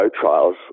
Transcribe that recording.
trials